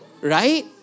Right